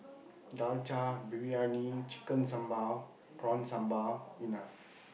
dalcha briyani chicken sambal prawn sambal enough